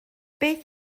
beth